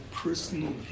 personal